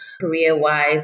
career-wise